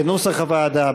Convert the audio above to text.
כנוסח הוועדה,